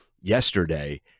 Yesterday